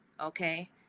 okay